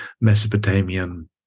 Mesopotamian